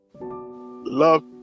love